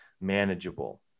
manageable